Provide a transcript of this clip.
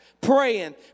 praying